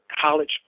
college